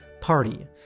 party